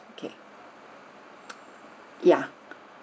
okay yeah